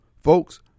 folks